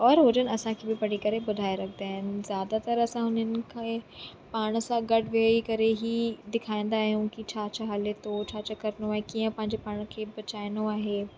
और हो जण असांखे बि पढ़ी करे ॿुधाए रखंदा आहिनि ज़्यादतर असां हुननि खे पाण सां गॾु वेई करे ई डेखारींदा आहियूं की छा छा हले थो छा छा करिणो आहे कीअं पंहिंजे पाण खे बचाइनो आहे